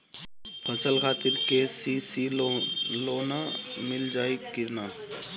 फसल खातिर के.सी.सी लोना मील जाई किना?